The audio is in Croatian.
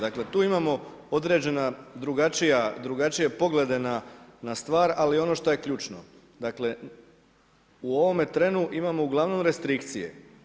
Dakle tu imamo određena drugačija, drugačije poglede na stvar ali ono što je ključno, dakle u ovome trenu imamo uglavnom restrikcije.